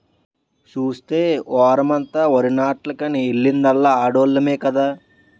సూస్తే ఈ వోరమంతా వరినాట్లకని ఎల్లిందల్లా ఆడోల్లమే కదా